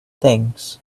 things